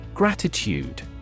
Gratitude